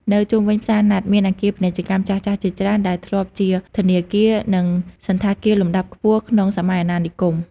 នៅជុំវិញផ្សារណាត់ មានអគារពាណិជ្ជកម្មចាស់ៗជាច្រើនដែលធ្លាប់ជាធនាគារ និងសណ្ឋាគារលំដាប់ខ្ពស់ក្នុងសម័យអាណានិគម។